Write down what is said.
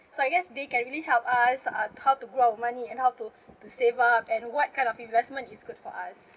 so I guess they can really help us uh how to grow money and how to to save up and what kind of investment is good for us